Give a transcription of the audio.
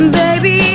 baby